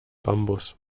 bambus